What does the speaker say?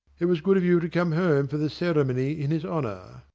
it was good of you to come home for the ceremony in his honour.